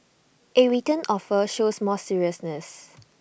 A written offer shows more seriousness